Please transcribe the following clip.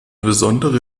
besondere